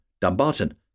Dumbarton